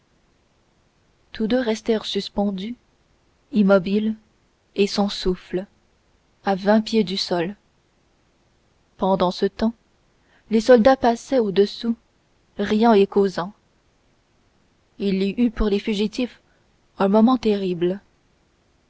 tous deux restèrent suspendus immobiles et sans souffle à vingt pieds du sol pendant ce temps les soldats passaient au-dessous riant et causant il y eut pour les fugitifs un moment terrible